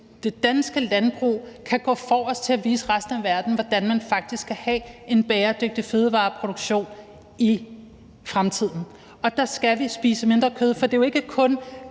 det danske landbrug kan gå forrest for at vise resten af verden, hvordan man faktisk kan have en bæredygtig fødevareproduktion i fremtiden. Og så skal vi spise mindre kød, for det er jo ikke kun